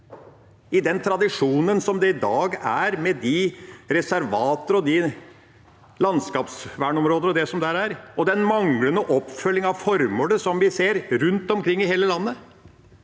i den tradisjonen som i dag er med reservater og landskapsvernområder og det som der er, og den manglende oppfølgingen av formålet som vi ser rundt omkring i hele landet